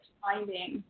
finding